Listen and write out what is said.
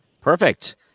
Perfect